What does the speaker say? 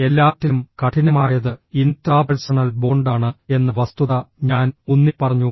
എല്ലാറ്റിലും കഠിനമായത് ഇൻട്രാപഴ്സണൽ ബോണ്ടാണ് എന്ന വസ്തുത ഞാൻ ഊന്നിപ്പറഞ്ഞു